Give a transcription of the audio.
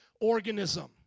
organism